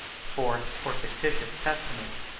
forced or fictitious testaments,